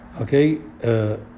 Okay